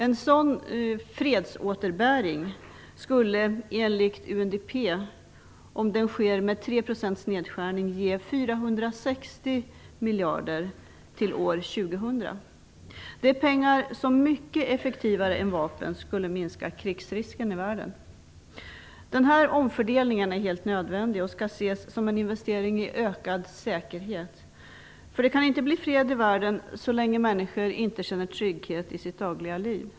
En sådan fredsåterbäring genom en nedskärning på 3 % skulle enligt UNDP ge 460 miljarder till år 2000. Det är pengar som skulle minska krigsrisken i världen mycket effektivare än vapen. Den här omfördelningen är helt nödvändig och skall ses som en investering i ökad säkerhet. Det kan inte bli fred i världen så länge människor inte känner trygghet i sitt dagliga liv.